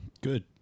Good